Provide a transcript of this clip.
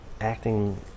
acting